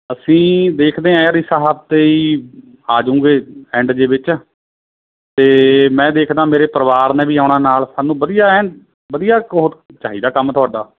ਅਸੀਂ ਵੇਖਦੇ ਹੈ ਯਾਰ ਇਸ ਹਫਤੇ ਹੀ ਆ ਜੂੰਗੇ ਐਂਡ ਜੇ ਵਿੱਚ ਅਤੇ ਮੈਂ ਦੇਖਦਾਂ ਮੇਰੇ ਪਰਿਵਾਰ ਨੇ ਵੀ ਆਉਣਾ ਨਾਲ ਸਾਨੂੰ ਵਧੀਆ ਐਨ ਵਧੀਆ ਉਹ ਚਾਹੀਦਾ ਕੰਮ ਤੁਹਾਡਾ